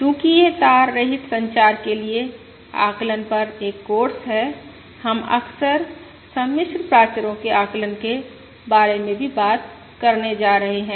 चूंकि यह तार रहित संचार के लिए आकलन पर एक कोर्स है हम अक्सर सम्मिश्र प्राचरो के आकलन के बारे में भी बात करने जा रहे हैं